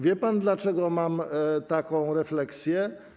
Wie pan, dlaczego mam taką refleksję?